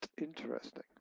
interesting